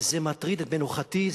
זה מטריד את מנוחתי,